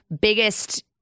biggest